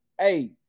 hey